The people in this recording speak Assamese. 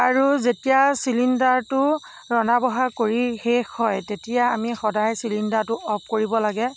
আৰু যেতিয়া চিলিণ্ডাৰটো ৰন্ধা বঢ়া কৰি শেষ হয় তেতিয়া আমি সদায় চিলিণ্ডাৰটো অফ কৰিব লাগে